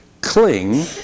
cling